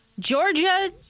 georgia